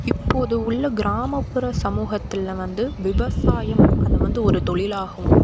இப்போது உள்ள கிராமப்புற சமூகத்தில் வந்து விவசாயம் அதை வந்து ஒரு தொழிலாகவும்